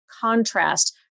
contrast